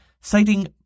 citing